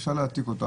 אפשר להעתיק אותו.